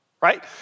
right